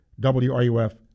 wruf